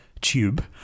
tube